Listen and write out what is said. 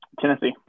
tennessee